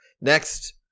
Next